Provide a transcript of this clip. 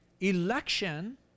Election